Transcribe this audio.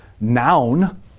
noun